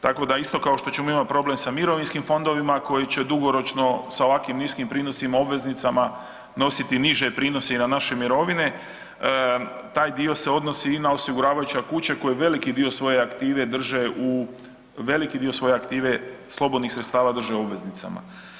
Tako da isto kao što ćemo imati problem sa mirovinskim fondovima koji će dugoročno sa ovakvim niskim prinosima obveznicama nositi niže prinose i na naše mirovine taj dio se odnosi i na osiguravajuće kuće koje veliki dio svoje aktive drže u, veliki dio svoje aktive slobodnih sredstava drže u obveznicama.